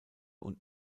und